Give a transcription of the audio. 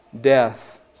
death